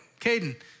Caden